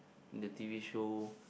the T_V shows